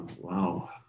Wow